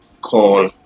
call